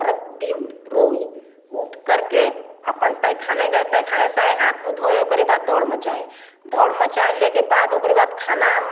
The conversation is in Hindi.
प्रतिदिन रोज़ उठ करके अपन पैखाने गए पैखाने से आए हाँथ मुँह धोएँ ओकरे बाद दौड़ मचाए दौड़ मचाने के बाद ओकरे बाद खाना